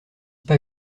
pas